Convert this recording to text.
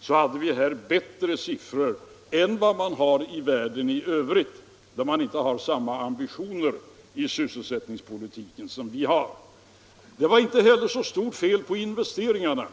?6 hade vi bättre siffror än vad man hade i världen i övrigt i fråga om sysselsatta människor. Förklaringen är att där har man inte samma ambitioner i sysselsättningspolitiken som vi har. Det var inte heller så stort fel på investeringarna.